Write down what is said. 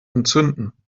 entzünden